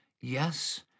Yes